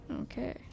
Okay